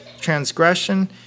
transgression